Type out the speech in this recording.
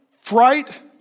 fright